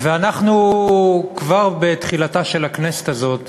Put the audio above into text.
ואנחנו כבר בתחילתה של הכנסת הזאת